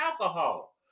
alcohol